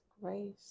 grace